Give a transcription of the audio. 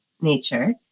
nature